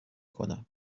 کنم